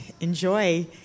enjoy